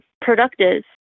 productive